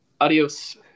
Adios